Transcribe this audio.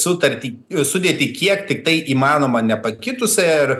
sutartį sudėtį kiek tiktai įmanoma nepakitusią ir